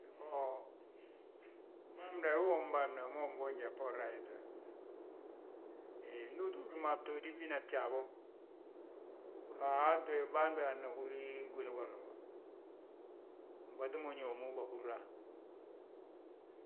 Iyoo, bâan be wii womi bâan we, a wi ma win boonji a bboorna ayet we? Ndu uto ñín mo a btooti bina bjaa bo. A waati we bân bégee, nna húr gwili golo. Mbatu moñe wommu bâhúrna,